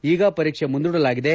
ಈಗ ಪರೀಕ್ಷೆ ಮುಂದೂಡಲಾಗಿದೆ